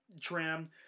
trim